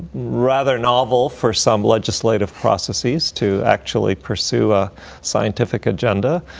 rather novel, for some legislative processes to actually pursue a scientific agenda,